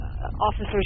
Officers